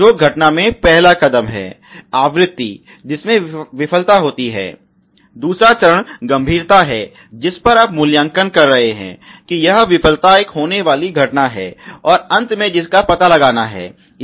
जो घटना में पहला कदम है आवृत्ति जिसमें विफलता होती है दूसरा चरण गंभीरता है जिस पर आप मूल्यांकन कर रहे हैं कि यह विफलता एक होने वाली घटना है और अंत में जिसका पता लगाना है